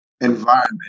environment